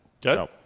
Good